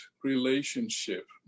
Relationship